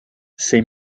ses